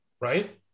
Right